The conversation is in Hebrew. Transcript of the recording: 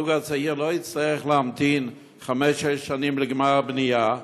הזוג הצעיר לא יצטרך להמתין חמש-שש שנים לגמר הבנייה,